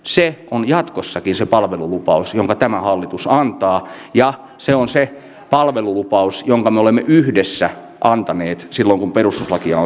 se on jatkossakin se palvelulupaus jonka tämä hallitus antaa ja se on se palvelulupaus jonka me olemme yhdessä antaneet silloin kun perustuslakia on säädetty